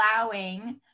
allowing